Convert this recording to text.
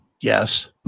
yes